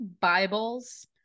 bibles